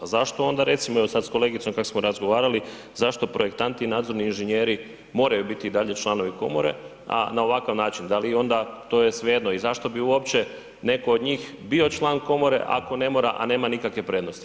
A zašto onda recimo evo sad s kolegicom kako smo razgovarali, zašto projektanti i nadzorni inženjeri moraju biti i dalje članovi komore a na ovakav način, da li onda to je svejedno i zašto bi uopće netko od njih bio član komore ako ne mora a nema nikakve prednosti s time?